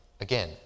again